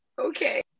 Okay